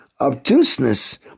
obtuseness